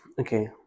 Okay